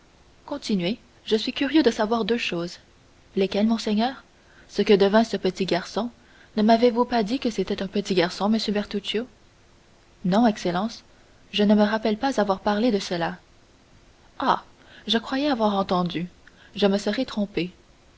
continuez je suis curieux de savoir deux choses lesquelles monseigneur ce que devint ce petit garçon ne m'avez-vous pas dit que c'était un petit garçon monsieur bertuccio non excellence je ne me rappelle pas avoir parlé de cela ah je croyais avoir entendu je me serai trompé